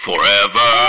Forever